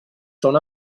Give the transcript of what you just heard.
són